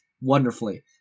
wonderfully